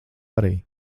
arī